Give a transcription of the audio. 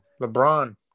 LeBron